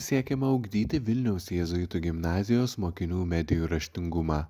siekiama ugdyti vilniaus jėzuitų gimnazijos mokinių medijų raštingumą